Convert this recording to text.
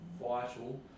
vital